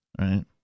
right